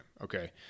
okay